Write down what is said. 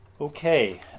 Okay